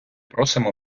просимо